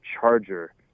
charger